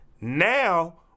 Now